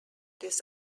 this